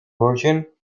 virgin